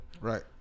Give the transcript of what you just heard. Right